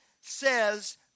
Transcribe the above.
says